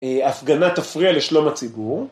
הפגנת תפריע לשלום הציבור.